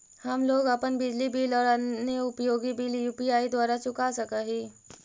हम लोग अपन बिजली बिल और अन्य उपयोगि बिल यू.पी.आई द्वारा चुका सक ही